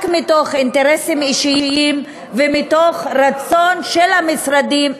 רק מתוך אינטרסים אישיים ומתוך רצון של המשרדים,